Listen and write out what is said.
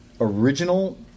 original